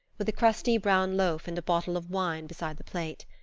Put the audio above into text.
with a crusty brown loaf and a bottle of wine beside the plate.